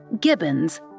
Gibbons